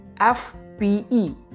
FPE